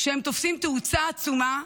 שתופסים תאוצה עצומה,